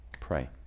pray